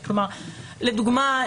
לדוגמה,